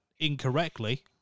Incorrectly